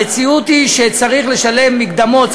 המציאות היא שצריך לשלם מקדמות,